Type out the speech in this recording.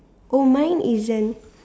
oh mine isn't